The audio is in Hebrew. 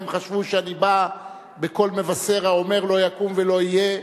הם חשבו שאני בא בקול מבשר האומר: לא יקום ולא יהיה,